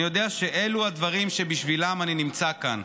אני יודע שאלו הדברים שבשבילם אני נמצא כאן.